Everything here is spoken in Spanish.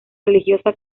religiosa